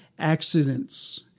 Accidents